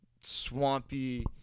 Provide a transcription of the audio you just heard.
swampy